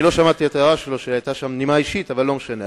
אני לא שמעתי בהערה שלו נימה אישית, אבל לא משנה.